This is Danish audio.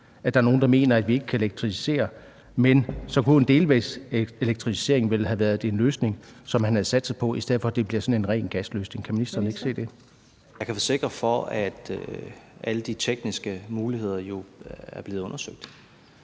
at der er nogle, der mener, at vi ikke kan elektrificere, men så kunne en delvis elektrificering vel have været en løsning, som man havde satset på, i stedet for at det bliver sådan en ren gasløsning. Kan ministeren ikke se det? Kl. 14:41 Tredje næstformand (Trine Torp): Ministeren.